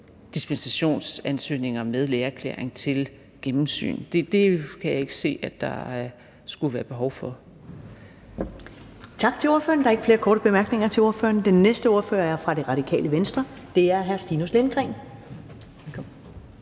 dispensationsansøgninger med lægeerklæring til gennemsyn. Det kan jeg ikke se at der skulle være behov for. Kl. 11:45 Første næstformand (Karen Ellemann): Tak til ordføreren. Der er ikke flere korte bemærkninger til ordføreren. Den næste ordfører er fra Det Radikale Venstre, og det er hr. Stinus Lindgreen.